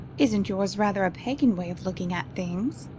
isn't yours rather a pagan way of looking at things?